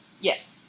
Yes